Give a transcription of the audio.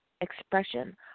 expression